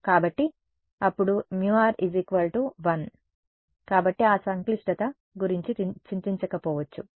కాబట్టి అప్పుడు μ r 1 కాబట్టి ఆ సంక్లిష్టత గురించి చింతించకపోవచ్చు